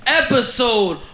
episode